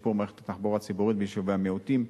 שיפור מערכת התחבורה הציבורית ביישובי המיעוטים,